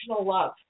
love